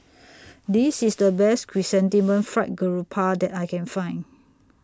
This IS The Best Chrysanthemum Fried Garoupa that I Can Find